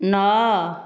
ନଅ